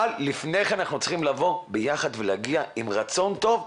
אבל לפני כן אנחנו צריכים לבוא יחד ולהגיע עם רצון טוב.